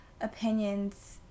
opinions